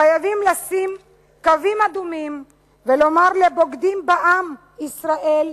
חייבים לשים קווים אדומים ולומר לבוגדים בעם ישראל: